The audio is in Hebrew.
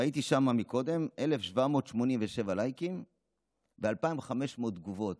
ראיתי שם קודם 1,787 לייקים ו-2,500 תגובות.